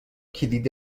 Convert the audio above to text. کلید